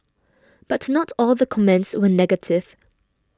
but not all the comments were negative